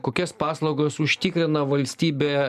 kokias paslaugas užtikrina valstybė